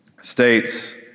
states